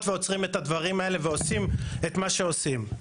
ועוצרים את הדברים האלה ועושים את מה שעושים.